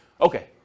Okay